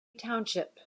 township